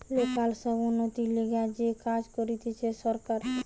local সব উন্নতির লিগে যে কাজ করতিছে সরকার